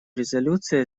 резолюции